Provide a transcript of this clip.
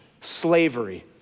slavery